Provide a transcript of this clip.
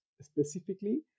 specifically